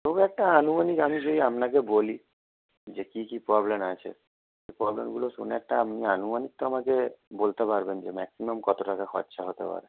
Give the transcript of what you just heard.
তবু একটা আনুমানিক আমি যদি আপনাকে বলি যে কি কি প্রবলেম আছে তো প্রবলেমগুলো শুনে একটা আপনি আনুমানিক তো আমাকে বলতে পারবেন যে ম্যাক্সিমাম কতো টাকা খরচ হতে পারে